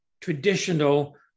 traditional